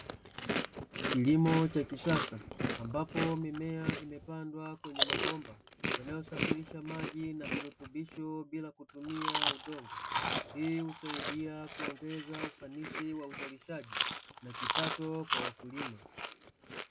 Kilimo cha kisasa ambapo mimea mepandwa kwenye mabomba yanayosafirisha maji na virutubisho bila kutumia udongo, hii husaidia kuongeza ufanisi wa uzalishaji na kipato kwa wakulima.